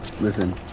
Listen